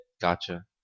gotcha